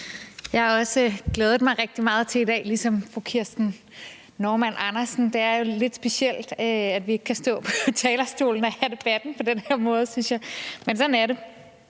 Andersen glædet mig rigtig meget til i dag. Det er jo lidt specielt, at vi ikke kan stå på talerstolen, men skal have debatten på den her måde, synes jeg, men sådan er det.